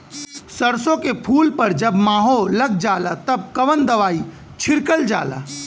सरसो के फूल पर जब माहो लग जाला तब कवन दवाई छिड़कल जाला?